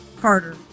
Carter